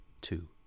two